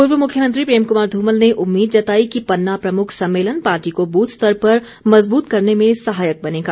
पूर्व मुख्यमंत्री प्रेम कुमार धूमल ने उम्मीद जताई कि पन्ना प्रमुख सम्मेलन पार्टी को बूथ स्तर पर मज़बूत करने में सहायक बनेगा